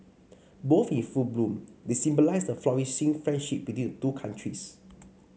both in full bloom they symbolise the flourishing friendship between the two countries